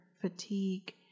fatigue